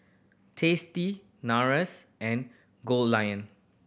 Tasty Nars and Goldlion